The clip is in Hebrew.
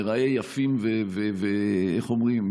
ניראה יפים ואיך אומרים,